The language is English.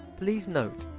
please note,